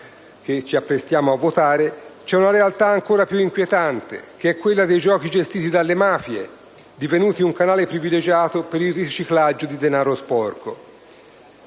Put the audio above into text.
che ci apprestiamo a votare, vi è una realtà ancora più inquietante, che è quella dei giochi gestiti dalle mafie, divenuti un canale privilegiato per il riciclaggio di denaro sporco.